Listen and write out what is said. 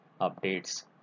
updates